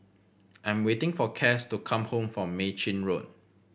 I'm waiting for Cas to come home from Mei Chin Road